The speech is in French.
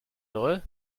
heureux